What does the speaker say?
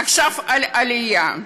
עכשיו על העלייה,